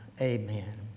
Amen